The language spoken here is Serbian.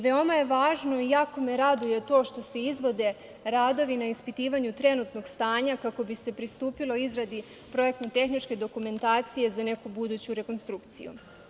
Veoma je važno i jako me raduje to što se izvode radovi na ispitivanju trenutnog stanja kako bi se pristupilo izradi projektno-tehničke dokumentacije za neku buduću rekonstrukciju.